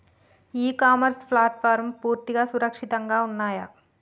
ఇ commerce ప్లాట్ఫారమ్లు పూర్తిగా సురక్షితంగా ఉన్నయా?